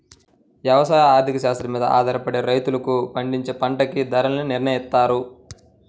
యవసాయ ఆర్థిక శాస్త్రం మీద ఆధారపడే రైతులు పండించే పంటలకి ధరల్ని నిర్నయిత్తారు